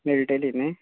मेळटली न्ही